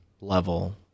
level